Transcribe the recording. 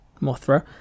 Mothra